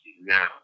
now